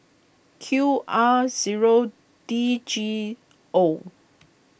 Q R zero D G O